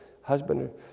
husband